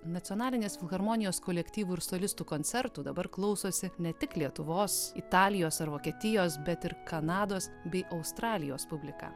nacionalinės filharmonijos kolektyvų ir solistų koncertų dabar klausosi ne tik lietuvos italijos ar vokietijos bet ir kanados bei australijos publika